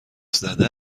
زده